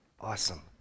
Awesome